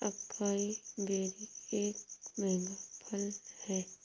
acai berry एक महंगा फल है